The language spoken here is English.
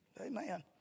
Amen